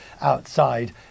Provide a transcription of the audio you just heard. outside